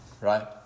Right